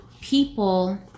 people